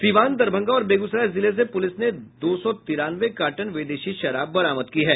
सीवान दरभंगा और बेगूसराय जिले से पुलिस ने दो सौ तिरानवे कार्टन विदेशी शराब बरामद की है